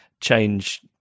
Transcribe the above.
change